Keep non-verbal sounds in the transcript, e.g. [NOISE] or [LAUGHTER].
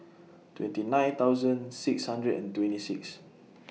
[NOISE] twenty nine thousand six hundred and twenty six [NOISE]